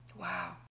wow